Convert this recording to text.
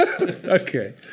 Okay